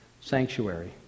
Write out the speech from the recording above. sanctuary